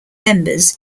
members